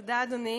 תודה, אדוני,